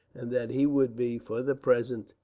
and that he would be, for the present,